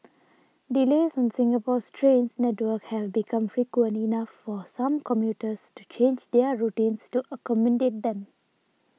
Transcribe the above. delays on Singapore's train network have become frequent enough for some commuters to change their routines to accommodate them